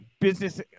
business